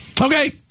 Okay